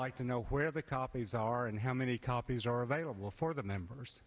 like to know where the copies are and how many copies are available for the members